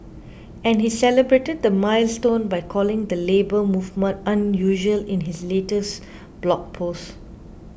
and he celebrated the milestone by calling the Labour Movement unusual in his latest blog post